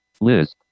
Liz